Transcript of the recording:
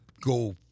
go